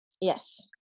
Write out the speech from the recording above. Yes